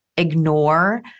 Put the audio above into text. ignore